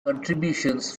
contributions